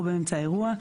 אנחנו באמצע אירוע.